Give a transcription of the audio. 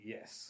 Yes